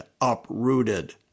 uprooted